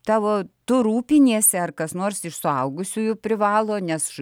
tavo tu rūpiniesi ar kas nors iš suaugusiųjų privalo nes